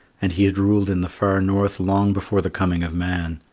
and he had ruled in the far north long before the coming of man.